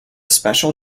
special